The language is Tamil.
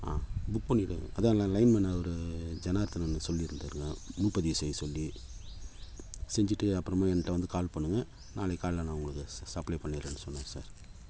ஆ புக் பண்ணிவிடுங்க அதுதான் அந்த லைன்மேன் அவர் ஜனார்த்தனன் சொல்லியிருந்தாருங்க முன்பதிவு செய்ய சொல்லி செஞ்சுட்டு அப்புறமா என்கிட்ட வந்து கால் பண்ணுங்கள் நாளைக்கு காலைல நான் உங்களுக்கு ச சப்ளை பண்ணிடறேன்னு சொன்னார் சார்